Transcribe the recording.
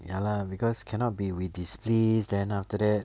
ya lah because cannot be we displease then after that